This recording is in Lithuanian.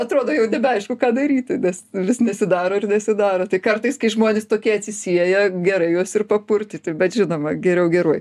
atrodo jau nebeaišku ką daryti nes vis nesidaro ir nesidaro tai kartais kai žmonės tokie atsisieję gerai juos ir papurtyti bet žinoma geriau geruoju